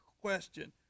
question